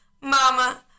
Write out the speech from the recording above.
Mama